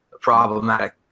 problematic